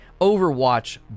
Overwatch